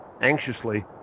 Anxiously